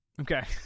Okay